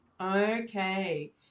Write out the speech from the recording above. Okay